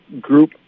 group